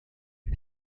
you